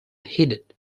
heeded